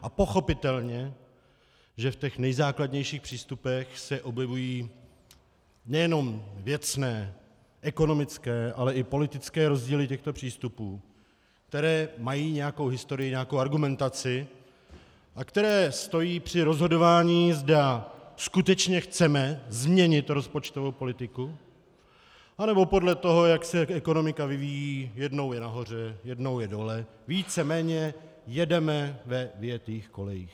A pochopitelně že v těch nejzákladnějších přístupech se objevují nejenom věcné, ekonomické, ale i politické rozdíly těchto přístupů, které mají nějakou historii, nějakou argumentaci a které stojí při rozhodování, zda skutečně chceme změnit rozpočtovou politiku, anebo podle toho, jak se ekonomika vyvíjí, jednou je nahoře, jednou je dole, víceméně jedeme ve vyjetých kolejích.